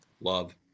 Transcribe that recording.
Love